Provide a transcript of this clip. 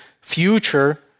future